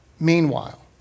Meanwhile